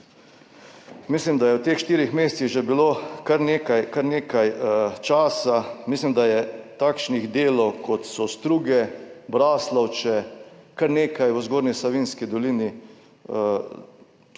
mislim, da je v teh štirih mesecih že bilo kar nekaj časa, mislim, da je takšnih delov, kot so Struge, Braslovče, kar nekaj v Zgornji Savinjski dolini,